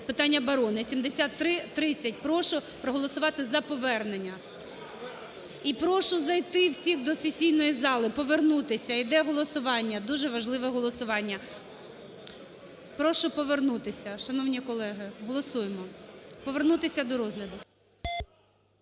з питань оборони (7330). Прошу проголосувати за повернення. І прошу зайти всіх до сесійної зали, повернутися. Йде голосування, дуже важливе голосування. Прошу повернутися, шановні колеги. Голосуємо. Повернутися до розгляду.